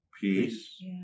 peace